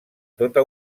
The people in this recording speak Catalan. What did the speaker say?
tota